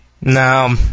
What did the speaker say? No